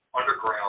underground